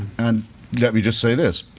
and let me just say this,